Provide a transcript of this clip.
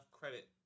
credit